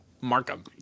Markham